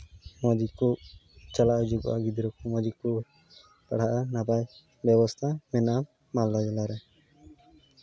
ᱢᱚᱡᱽ ᱜᱮᱠᱚ ᱪᱟᱞᱟᱣ ᱦᱤᱡᱩᱜᱼᱟ ᱜᱤᱫᱽᱨᱟᱹ ᱠᱚ ᱢᱚᱡᱽ ᱜᱮᱠᱚ ᱯᱟᱲᱦᱟᱜᱼᱟ ᱱᱟᱯᱟᱭ ᱵᱮᱵᱚᱥᱛᱷᱟ ᱢᱮᱱᱟᱜᱼᱟ ᱢᱟᱞᱫᱟ ᱡᱮᱞᱟ ᱨᱮ